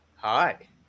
Hi